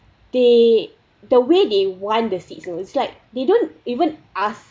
they the way they want the seat you know it's like they don't even ask